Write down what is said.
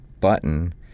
button